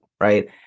right